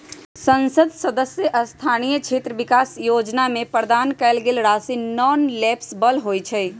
संसद सदस्य स्थानीय क्षेत्र विकास जोजना में प्रदान कएल गेल राशि नॉन लैप्सबल होइ छइ